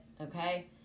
okay